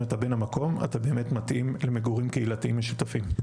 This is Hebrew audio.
אתה בן המקום אתה באמת מתאים למגורים קהילתיים משותפים.